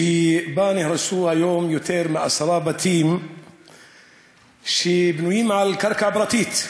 שבה נהרסו היום יותר מעשרה בתים שבנויים על קרקע פרטית.